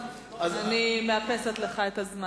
אני מאפסת לך את הזמן.